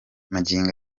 magingo